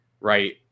right